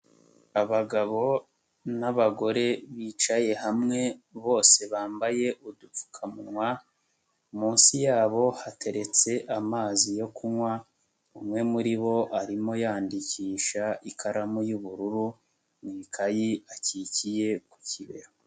Abagabo n'abagore bicaye hamwe bose bambaye udupfukamuwa, munsi yabo hateretse amazi yo kunywa, umwe muri bo arimo yandikisha ikaramu y'ubururu, mu ikayi akikiye ku kibero.